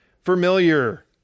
familiar